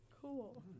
cool